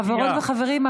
חברות וחברים,